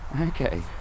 Okay